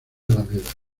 alameda